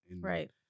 Right